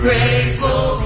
Grateful